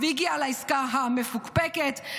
והגיע לעסקה המפוקפקת.